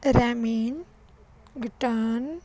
ramen ਗਿਟਾਨ